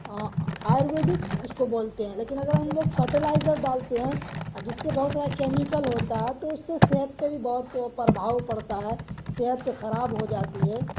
آیورویدک اس کو بولتے ہیں لیکن اگر ہم لوگ فرٹلائزر ڈالتے ہیں جس سے بہت سارا کیمیکل ہوتا ہے تو اس سے صحت پہ بھی بہت پربھاؤ پڑتا ہے صحت خراب ہو جاتی ہے